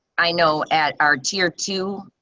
i know at our tier two